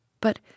But